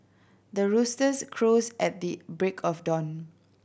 the roosters crows at the break of dawn